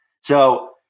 So-